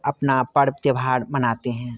अपना पर्व त्यौहार मनाते हैं